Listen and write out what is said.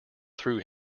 through